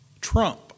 trump